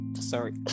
sorry